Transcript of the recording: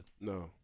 No